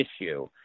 issue